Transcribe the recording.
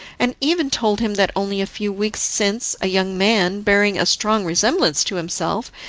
and even told him that only a few weeks since a young man, bearing a strong resemblance to himself,